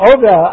Over